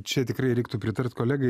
čia tikrai reiktų pritart kolegai